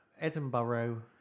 Edinburgh